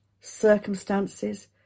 circumstances